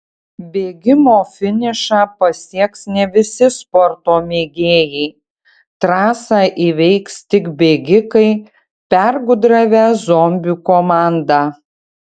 bėgimo finišą pasieks ne visi sporto mėgėjai trasą įveiks tik bėgikai pergudravę zombių komandą